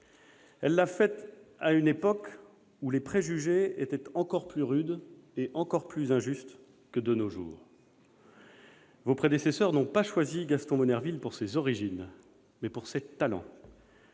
Elle l'a fait à une époque où les préjugés étaient encore plus rudes et encore plus injustes que de nos jours. Vos prédécesseurs n'ont pas choisi Gaston Monnerville pour ses origines, mais pour ses talents,